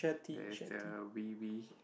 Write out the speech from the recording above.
that is the